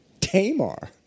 Tamar